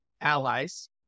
allies